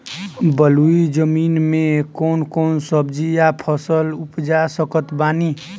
बलुई जमीन मे कौन कौन सब्जी या फल उपजा सकत बानी?